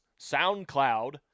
SoundCloud